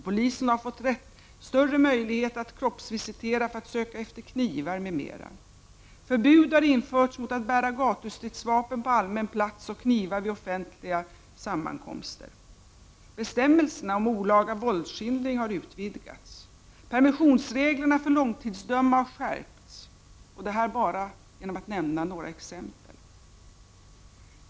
— Polisen har fått större möjligheter att kroppsvisitera för att söka efter knivar m.m. — Förbud har införts mot att bära gatustridsvapen på allmän plats och knivar vid offentliga sammankomster. — Bestämmelserna om olaga våldsskildring har utvidgats. — Permissionsreglerna för långtidsdömda har skärpts. Detta är bara några exempel.